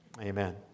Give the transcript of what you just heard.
Amen